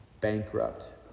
bankrupt